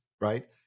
right